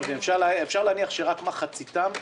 אפשר להניח שרק מחציתם משתמשים?